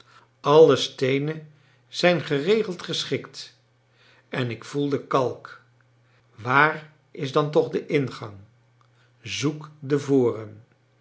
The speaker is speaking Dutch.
alle steenen zijn geregeld geschikt en ik voel de kalk waar is dan toch de ingang zoek de voren